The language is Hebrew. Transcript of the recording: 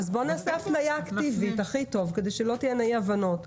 נעשה הפניה אקטיבית, כדי שלא תהיינה אי הבנות.